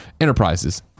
enterprises